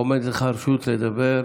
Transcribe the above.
עומדת לך הרשות לדבר.